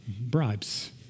bribes